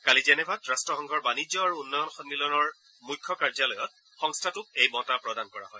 কালি জেনেভাত ৰাষ্ট্ৰসংঘৰ বাণিজ্য আৰু উন্নয়ন সম্মিলনৰ মুখ্য কাৰ্যালয়ত সংস্থাটোক এই বঁটা প্ৰদান কৰা হয়